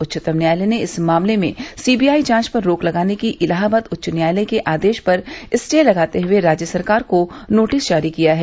उच्चतम न्यायालय ने इस मामले में सीबीआई जांच पर रोक लगाने की इलाहाबाद उच्च न्यायालय के आदेश पर स्टे लगाते हुए राज्य सरकार को नोटिस जारी किया है